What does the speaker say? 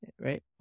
right